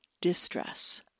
distress